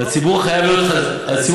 והציבור חייב להיות כזה,